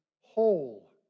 whole